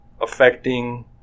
affecting